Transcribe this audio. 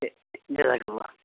جزاک اللہ